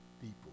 people